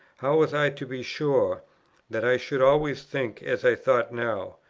how was i to be sure that i should always think as i thought now?